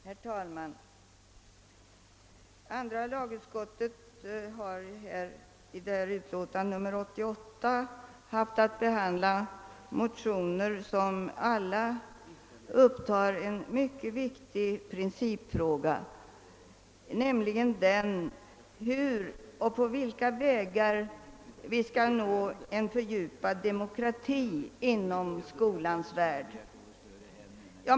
Herr talman! Andra lagutskottet har i sitt utlåtande nr 88 haft att behandla motioner, som alla tar upp en mycket viktig principfråga, nämligen den hur och på vilka vägar vi skall nå en fördjupad demokrati inom skolans värld.